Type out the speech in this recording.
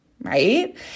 right